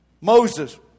Moses